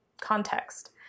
context